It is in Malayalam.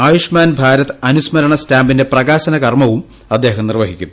ആയുഷ്മാൻ ്ഭാരത് അനുസ്മരണ സ്റ്റാമ്പിന്റെ പ്രകാശന കർമ്മവും അദ്ദേഹം നിർവ്വഹിക്കും